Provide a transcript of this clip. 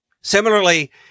Similarly